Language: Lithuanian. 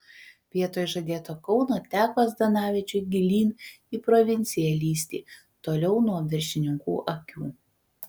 vietoj žadėto kauno teko zdanavičiui gilyn į provinciją lįsti toliau nuo viršininkų akių